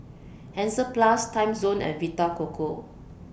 Hansaplast Timezone and Vita Coco